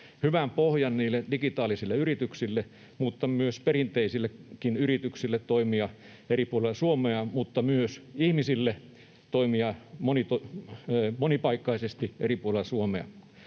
hyvän pohjan niille digitaalisille yrityksille mutta myös perinteisillekin yrityksille toimia eri puolilla Suomea mutta myös ihmisille toimia monipaikkaisesti eri puolilla Suomea.